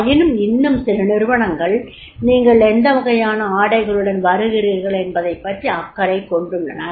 ஆயினும் இன்னும் சில நிறுவனங்கள் நீங்கள் எந்த வகையான ஆடைகளுடன் வருகிறீர்கள் என்பதைப் பற்றி அக்கறை கொண்டுள்ளனர்